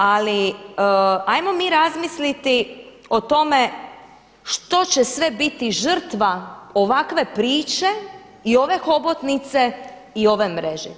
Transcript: Ali ajmo mi razmisliti o tome što će sve biti žrtva ovakve priče i ove hobotnice i ove mreže.